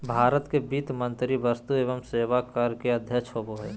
भारत के वित्त मंत्री वस्तु एवं सेवा कर के अध्यक्ष होबो हइ